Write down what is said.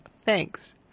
thanks